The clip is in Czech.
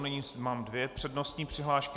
Nyní mám dvě přednostní přihlášky.